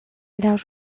large